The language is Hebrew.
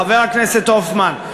חבר הכנסת הופמן,